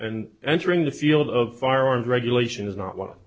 and entering the field of firearms regulation is not what